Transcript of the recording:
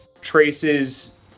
traces